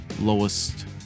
lowest